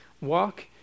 walk